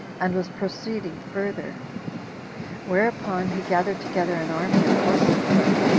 and was proceeding further whereupon he gathered together an army of horse and foot,